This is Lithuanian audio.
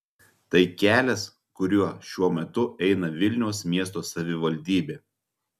tai kelias kuriuo šiuo metu eina vilniaus miesto savivaldybė